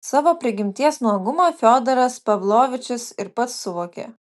savo prigimties nuogumą fiodoras pavlovičius ir pats suvokė